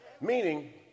Meaning